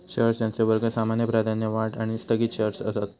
shares यांचे वर्ग सामान्य, प्राधान्य, वाढ आणि स्थगित शेअर्स हत